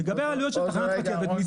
לגבי עלויות של תחנת רכבת,